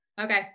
Okay